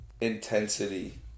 intensity